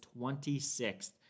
26th